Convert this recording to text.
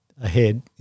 ahead